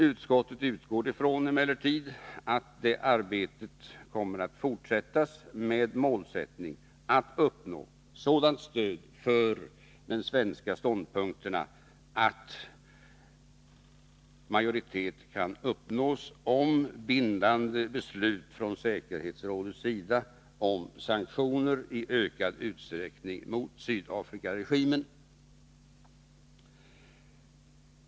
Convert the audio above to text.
Utskottet utgår emellertid ifrån att arbetet kommer att fortsättas med målsättning att uppnå sådant stöd för de svenska ståndpunkterna att majoritet kan uppnås om bindande beslut från säkerhetsrådets sida om sanktioner i ökad utsträckning mot Sydafrikaregimen.